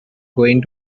going